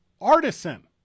artisan